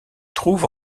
trouve